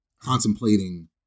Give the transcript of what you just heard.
contemplating